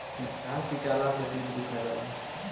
धान पिटाला से पीठ दुखा जाला